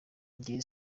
njye